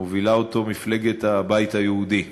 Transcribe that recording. שמובילה אותו מפלגת הבית היהודי.